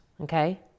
okay